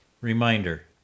Reminder